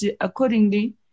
accordingly